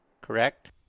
correct